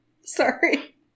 sorry